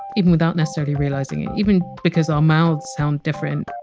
even without necessarily realizing it, even because our mouths sound different